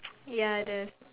ya there's a